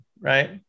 right